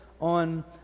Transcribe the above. on